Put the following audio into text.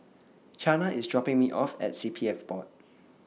Chana IS dropping Me off At CPF Board